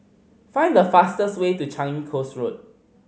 find the fastest way to Changi Coast Road